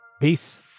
Peace